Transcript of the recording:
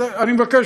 אני מבקש